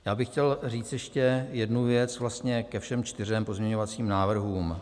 Já bych chtěl říct ještě jednu věc vlastně ke všem čtyřem pozměňovacím návrhům.